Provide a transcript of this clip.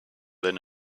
than